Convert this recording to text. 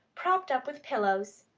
propped up with pillows.